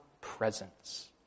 presence